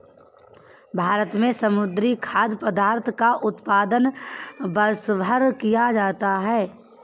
भारत में समुद्री खाद्य पदार्थों का उत्पादन वर्षभर किया जाता है